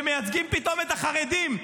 שמייצגים פתאום את החרדים.